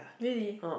really